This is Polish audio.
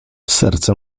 serce